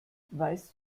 weißt